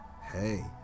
Hey